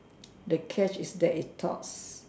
the catch is that it talks